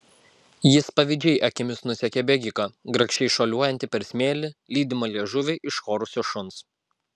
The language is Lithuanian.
jis pavydžiai akimis nusekė bėgiką grakščiai šuoliuojantį per smėlį lydimą liežuvį iškorusio šuns